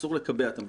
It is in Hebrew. אסור לקבע את המפרשים.